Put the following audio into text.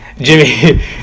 jimmy